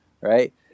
right